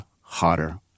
hotter